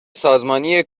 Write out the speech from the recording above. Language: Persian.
سازمانی